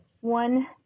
one